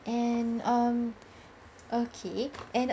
and um okay and